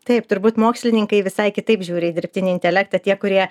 taip turbūt mokslininkai visai kitaip žiūri į dirbtinį intelektą tie kurie